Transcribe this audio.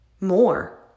more